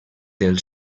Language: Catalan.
del